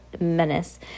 menace